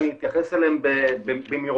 ואני אתייחס אליהם במהירות.